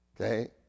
Okay